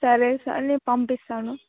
సరే సార్ నేను పంపిస్తాను